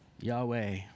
Yahweh